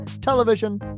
television